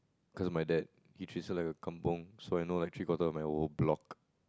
cause of my dad he treats it like a kampung so I know like three quarter of my whole block